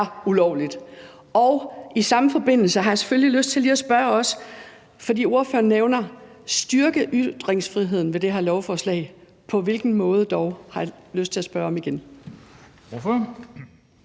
ulovligt? Og i samme forbindelse har jeg selvfølgelig lyst til lige at spørge om noget andet. Ordføreren nævner, at man styrker ytringsfriheden med det her lovforslag. På hvilken måde dog? har jeg lyst til at spørge igen.